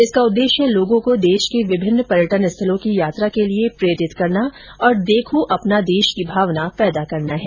इसका उद्देश्य लोगों को देश के विभिन्न पर्यटन स्थलों की यात्रा के लिए प्रेरित करना और देखो अपना देश की भावना पैदा करना है